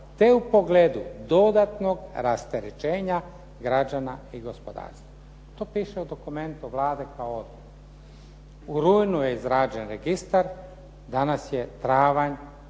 te u pogledu dodatnog rasterećenja građana i gospodarstva. To piše u dokumentu kao odgovor. U rujnu je izrađen registar, danas je travanj.